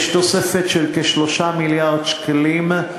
יש תוספת של כ-3 מיליארד שקלים,